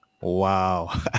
Wow